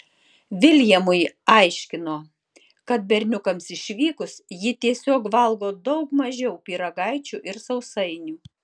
viljamui aiškino kad berniukams išvykus ji tiesiog valgo daug mažiau pyragaičių ir sausainių